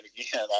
again